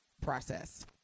process